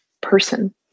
person